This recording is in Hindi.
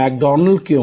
मैकडॉनल्ड्स क्यों